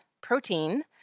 protein